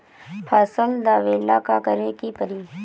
फसल दावेला का करे के परी?